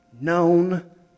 known